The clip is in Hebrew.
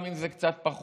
גם אם זה קצת פחות,